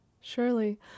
Surely